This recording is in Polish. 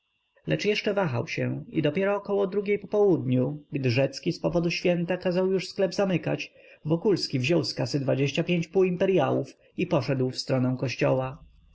lecz jeszcze wahał się i dopiero około drugiej po południu gdy rzecki z powodu święta kazał już sklep zamykać wokulski wziął z kasy dwadzieścia pięć półimperyałów i poszedł w stronę kościoła